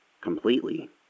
Completely